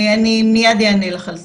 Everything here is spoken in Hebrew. אני מיד אענה לך על זה.